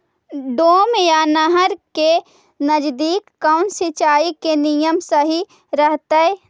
Dam या नहर के नजदीक कौन सिंचाई के नियम सही रहतैय?